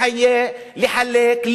לחלק,